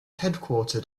headquartered